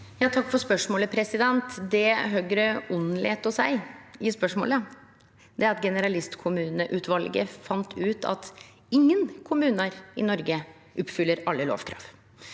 Takk for spørsmålet. Det Høgre lèt vere å seie i spørsmålet, er at generalistkommuneutvalet fann ut at ingen kommunar i Noreg oppfyller alle lovkrav.